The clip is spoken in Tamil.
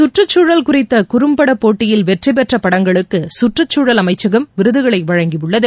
கற்றுச்சூழல் குறித்த குறும்பட போட்டியில் வெற்றி பெற்ற படங்களுக்கு கற்றுச்சூழல் அமைச்சகம் விருதுகளை வழங்கியுள்ளது